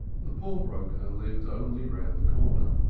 the pawnbroker lived only round the corner,